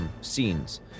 scenes